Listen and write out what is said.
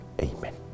Amen